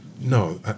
no